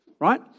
right